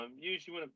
Usually